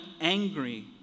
angry